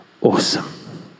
awesome